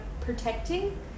protecting